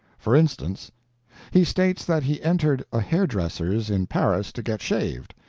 for instance he states that he entered a hair-dresser's in paris to get shaved,